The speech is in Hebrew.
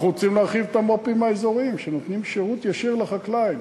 אנחנו רוצים להרחיב את המו"פים האזוריים שנותנים שירות ישיר לחקלאי,